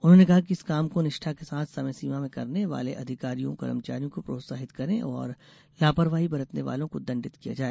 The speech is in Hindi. उन्होंने कहा कि इस काम को निष्ठा के साथ समय सीमा में करने वाले अधिकारियों कर्मचारियों को प्रोत्साहित करें और लापरवाही बरतने वालों को दंडित किया जाए